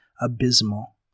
abysmal